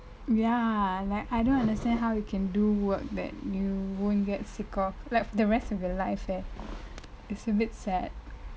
ya like I don't understand how you can do work that you won't get sick of like the rest of your life leh it's abit sad